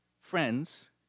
friends